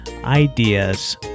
Ideas